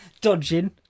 Dodging